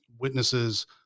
witnesses